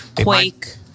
Quake